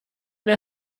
der